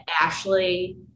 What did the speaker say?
Ashley –